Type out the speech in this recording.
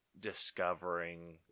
Discovering